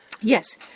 Yes